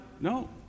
No